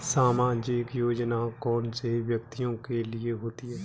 सामाजिक योजना कौन से व्यक्तियों के लिए होती है?